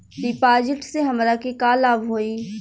डिपाजिटसे हमरा के का लाभ होई?